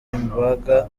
ibanga